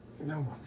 No